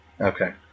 Okay